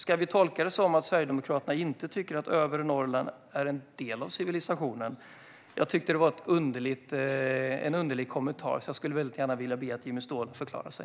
Ska vi tolka det som att Sverigedemokraterna inte tycker att övre Norrland är en del av civilisationen? Jag tycker att det var en underlig kommentar. Jag skulle väldigt gärna vilja be Jimmy Ståhl att förklara sig.